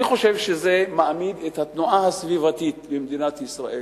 אני חושב שזה מעמיד את התנועה הסביבתית במדינת ישראל